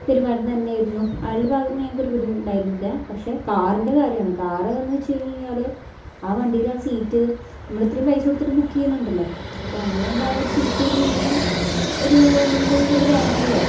പെരുമാറ്റം തന്നെയിരുന്നു അയാളുടെ ഭാഗത്ത്ന്ന് ഞങ്ങൾക്കൊരു ബുദ്ധിമുട്ടുണ്ടായിട്ടില്ല പക്ഷേ കാറിൻ്റെ കാര്യാണ് കാറ് എന്ന് വച്ച് കഴിഞ്ഞ്ഴിഞ്ഞാൽ ആ വണ്ടീലാ സീറ്റ് നമ്മളിത്രേം പൈസ കൊടുത്തിട്ട് ബുക്ക് ചെയ്യുന്നുണ്ടല്ലോ അപ്പം അങ്ങനാകുമ്പോൾ ആ സീറ്റൊരു മിനിമം ഒരു എന്തെങ്കിലും ഒരിതിൽ വേണല്ലോ